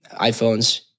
iPhones